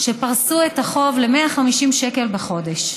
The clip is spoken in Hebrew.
זה שפרסו את החוב ל-150 שקל בחודש,